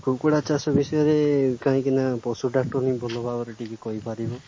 କୁକୁଡ଼ା ଚାଷ ବିଷୟରେ କାହିଁକିନା ପଶୁ ଭଲ ଭାବରେ ଟିକେ କହିପାରିବ